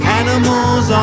animals